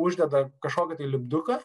uždeda kažkokį lipduką